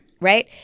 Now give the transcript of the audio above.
Right